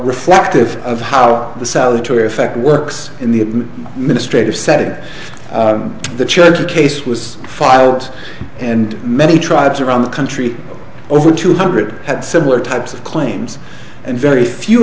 reflective of how the salutary effect works in the ministry of setting the church a case was filed and many tribes around the country over two hundred had similar types of claims and very few